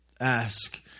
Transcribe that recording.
ask